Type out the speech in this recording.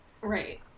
Right